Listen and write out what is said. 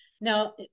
Now